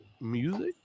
music